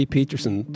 Peterson